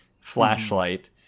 flashlight